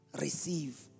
receive